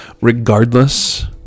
regardless